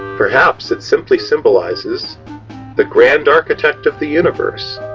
perhaps it simply symbolizes the grand architect of the universe.